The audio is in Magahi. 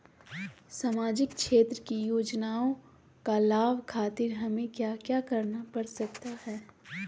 सामाजिक क्षेत्र की योजनाओं का लाभ खातिर हमें क्या क्या करना पड़ सकता है?